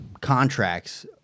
contracts